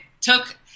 took